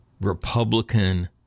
Republican